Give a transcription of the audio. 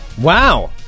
Wow